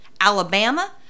Alabama